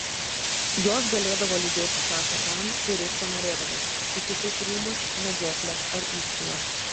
jos galėdavo lydėti šachą ten kur jis panorėdavo į kitus rūmus medžioklę ar iškylą